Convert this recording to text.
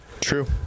True